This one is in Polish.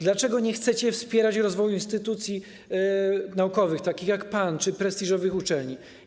Dlaczego nie chcecie wspierać rozwoju instytucji naukowych, takich jak PAN, czy prestiżowych uczelni?